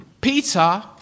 Peter